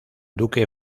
duque